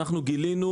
גילינו